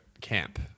camp